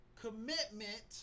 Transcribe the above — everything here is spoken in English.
Commitment